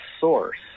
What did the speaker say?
source